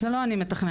זה לא אני מתכננת,